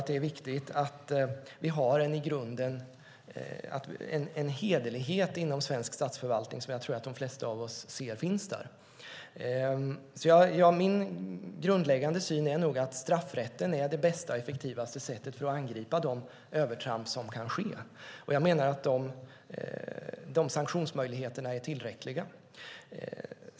Det finns i grunden en hederlighet i svensk statsförvaltning som jag tror att de flesta av oss ser. Min grundläggande syn är att straffrätten är det bästa och effektivaste sättet att angripa de övertramp som kan ske. Jag menar att de sanktionsmöjligheterna är tillräckliga.